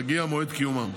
בהגיע מועד קיומן.